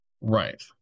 Right